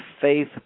faith